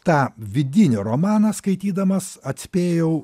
tą vidinį romaną skaitydamas atspėjau